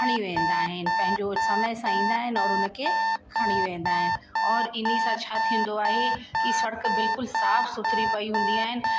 खणी वेंदा आहिनि पंहिंजो समय सां ईंदा आहिनि और उनखे खणी वेंदा आहिनि और इनसां छा थींदो आए की सड़क बिल्कुलु साफ़ु सुथरी पई हूंदी आहिनि